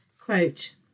Quote